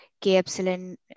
K-Epsilon